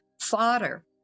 fodder